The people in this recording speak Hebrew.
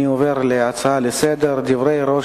אני עובר להצעות לסדר-היום: דברי ראש